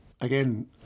again